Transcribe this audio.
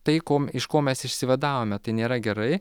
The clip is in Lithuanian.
tai ko iš ko mes išsivadavome tai nėra gerai